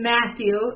Matthew